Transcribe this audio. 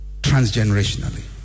Transgenerationally